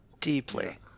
Deeply